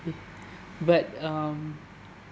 but um